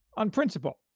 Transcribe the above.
on principle.